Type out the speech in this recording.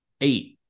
eight